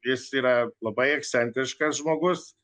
jis yra labai ekscentriškas žmogus